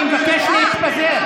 אני מבקש להתפזר.